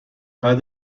بعد